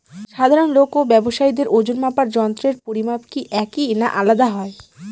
সাধারণ লোক ও ব্যাবসায়ীদের ওজনমাপার যন্ত্রের পরিমাপ কি একই না আলাদা হয়?